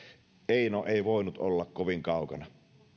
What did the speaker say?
eino ei voinut olla kovin kaukana